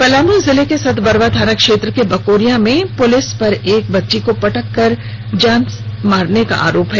पलामू जिले के सतबरवा थाना क्षेत्र के बकोरिया में पुलिस पर एक बच्ची को पटक कर जान मारने का आरोप है